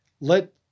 let